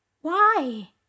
Why